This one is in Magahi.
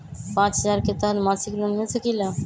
पाँच हजार के तहत मासिक लोन मिल सकील?